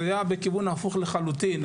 וזה היה בכיוון הפוך לחלוטין.